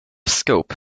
scope